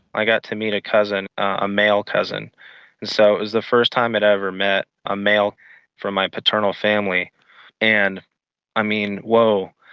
i got to meet a cousin, a male cousin, and so it was the first time that i ever met a male from my paternal family and i mean, whoa,